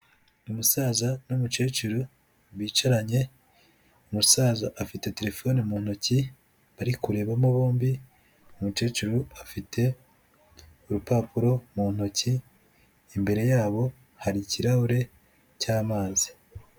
Umusaza n'umukecuru bicaranye, umusaza afite terefone mu ntoki, bari kurebamo bombi, umukecuru afite urupapuro mu ntoki, imbere yabo hari ikirahure cy'amazi.